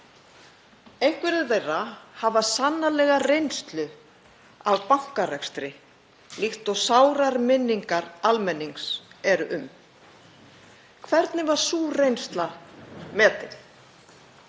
Einhverjir þeirra hafa sannarlega reynslu af bankarekstri líkt og sárar minningar almennings eru um. Hvernig var sú reynsla metin?